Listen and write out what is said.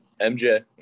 MJ